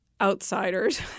Outsiders